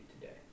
today